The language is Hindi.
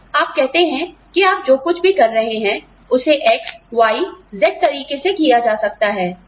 तो आप कहते हैं कि आप जो भी कर रहे हैं उसे X Y Z तरीके से किया जा सकता है